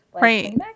Right